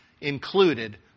included